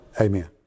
Amen